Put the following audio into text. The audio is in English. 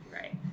right